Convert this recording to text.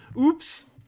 Oops